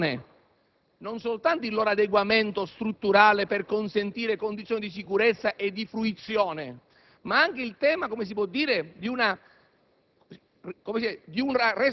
di quale deve essere la loro gestione e non soltanto il loro adeguamento strutturale per consentire condizioni di sicurezza e di fruizione, ma anche il tema inerente a una